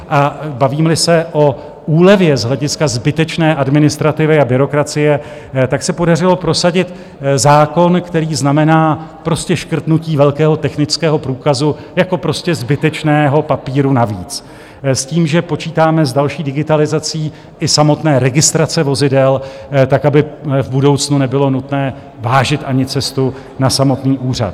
A bavímeli se o úlevě z hlediska zbytečné administrativy a byrokracie, tak se podařilo prosadit zákon, který znamená prostě škrtnutí velkého technického průkazu jako zbytečného papíru navíc, s tím, že počítáme s další digitalizací i samotné registrace vozidel, tak aby v budoucnu nebylo nutné vážit ani cestu na samotný úřad.